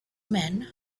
men